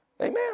Amen